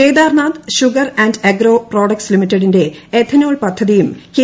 Kedarnath sugar and agro products ലിമിറ്റഡിന്റെ ethanol പദ്ധതിയും K